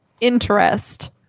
interest